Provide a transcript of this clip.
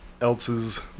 else's